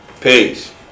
Peace